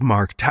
Mark